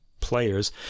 players